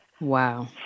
Wow